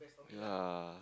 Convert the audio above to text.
ya